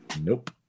nope